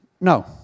No